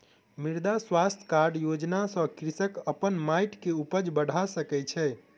मृदा स्वास्थ्य कार्ड योजना सॅ कृषक अपन माइट के उपज बढ़ा सकै छै